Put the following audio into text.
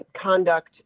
conduct